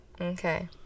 Okay